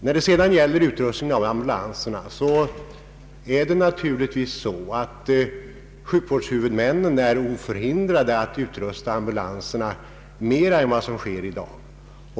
I fråga om utrustningen av ambulanserna är naturligtvis sjukvårdshuvudmännen oförhindrade att utrusta ambulanserna mer än vad som sker i dag.